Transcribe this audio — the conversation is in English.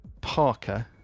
parker